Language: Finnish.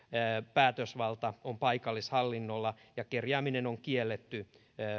päätösvalta on paikallishallinnolla ja kerjääminen on kielletty